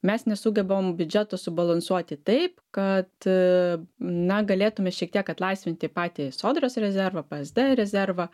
mes nesugebam biudžeto subalansuoti taip kad na galėtume šiek tiek atlaisvinti patį sodros rezervą psd rezervą